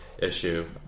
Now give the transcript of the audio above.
issue